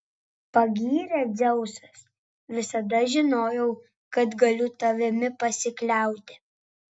pagyrė dzeusas visada žinojau kad galiu tavimi pasikliauti